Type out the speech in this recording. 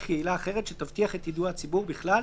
יעילה אחרת שתבטיח את יידוע הציבור בכלל,